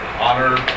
honor